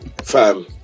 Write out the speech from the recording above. Fam